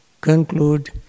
conclude